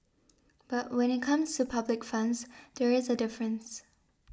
but when it comes to public funds there is a difference